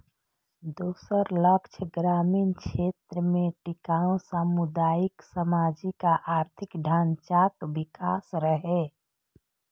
दोसर लक्ष्य ग्रामीण क्षेत्र मे टिकाउ सामुदायिक, सामाजिक आ आर्थिक ढांचाक विकास रहै